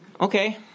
Okay